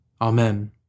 Amen